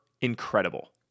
incredible